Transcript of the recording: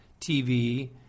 TV